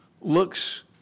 looks